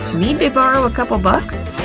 need to borrow a couple bucks?